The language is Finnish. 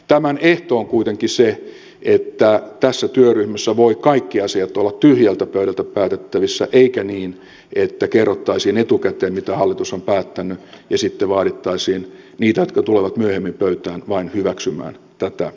tämän ehto on kuitenkin se että tässä työryhmässä voivat kaikki asiat olla tyhjältä pöydältä päätettävissä eikä niin että kerrottaisiin etukäteen mitä hallitus on päättänyt ja sitten vaadittaisiin niitä jotka tulevat myöhemmin pöytään vain hyväksymään tätä linjaa